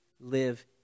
live